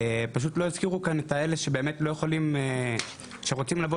לא הזכירו כאן את אלו שבאמת שרוצים לבוא